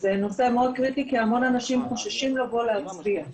זה נושא מאוד קריטי כי המון אנשים חוששים לבוא להצביע.